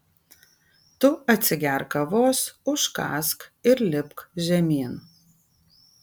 tu atsigerk kavos užkąsk ir lipk žemyn